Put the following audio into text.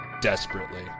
desperately